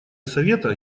совета